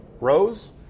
Rose